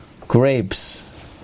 grapes